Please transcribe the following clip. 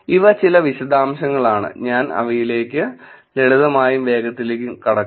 ഇവ ചില വിശദാംശങ്ങളാണ് ഞാൻ അവയിലേക്ക് ലളിതമായും വേഗത്തിലും കടക്കാം